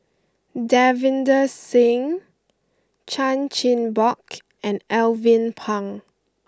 Davinder Singh Chan Chin Bock and Alvin Pang